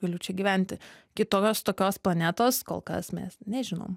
galiu čia gyventi kitokios tokios planetos kol kas mes nežinom